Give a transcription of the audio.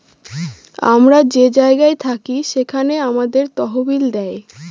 আমরা যে জায়গায় থাকি সেখানে আমাদের তহবিল দেয়